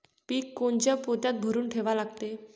पीक कोनच्या पोत्यात भरून ठेवा लागते?